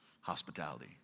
hospitality